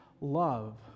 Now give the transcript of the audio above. love